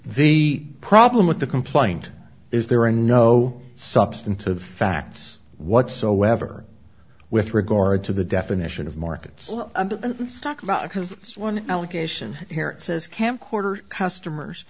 the problem with the complaint is there are no substantive facts whatsoever with regard to the definition of markets let's talk about because one allegation here it says camcorder customers